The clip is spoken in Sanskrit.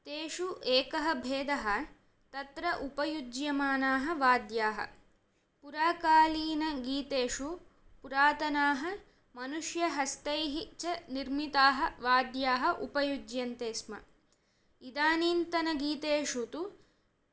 तेषु एकः भेदः तत्र उपयुज्यमानाः वाद्याः पुराकालीनगीतेषु पुरातनाः मनुष्यहस्तैः च निर्मिताः वाद्याः उपयुज्यन्ते स्म इदानीन्तनगीतेषु तु